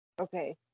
Okay